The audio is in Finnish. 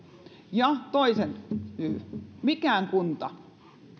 ja mikään kunta